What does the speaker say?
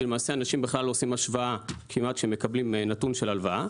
שלמעשה אנשים בכלל לא עושים השוואה כשהם מקבלים נתון של הלוואה,